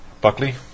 Buckley